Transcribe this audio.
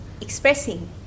expressing